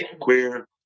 Queer